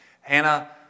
Hannah